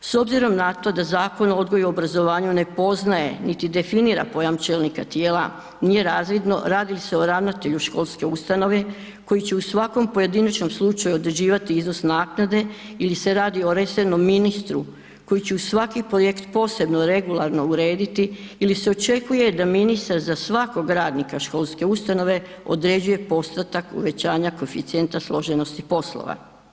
S obzirom na to da Zakon o odgoju i obrazovanju ne poznaje, niti definira pojam čelnika tijela, nije razvidno radi li se o ravnatelju školske ustanove koji će u svakom pojedinačnom slučaju određivati iznos naknade ili se radi o resornom ministru koji će svaki projekt posebno regularno urediti ili se očekuje da ministar za svakog radnika školske ustanove određuje postotak uvećanja koeficijenta složenosti poslova.